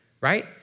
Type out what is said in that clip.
right